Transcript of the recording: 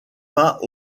pas